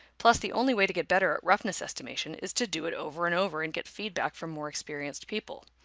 plus, the only way to get better at roughness estimation is to do it over and over and get feedback from more experienced people.